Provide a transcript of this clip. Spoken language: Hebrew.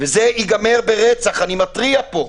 וזה ייגמר ברצח, אני מתריע פה.